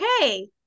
Okay